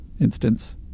instance